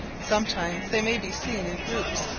sometimes they may be seen in groups,